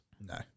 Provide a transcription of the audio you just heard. No